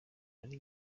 ari